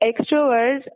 extroverts